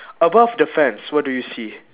above the fence what do you see